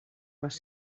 les